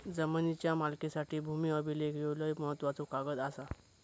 जमिनीच्या मालकीसाठी भूमी अभिलेख ह्यो लय महत्त्वाचो कागद आसा